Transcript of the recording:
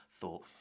thought